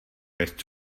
jest